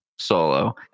solo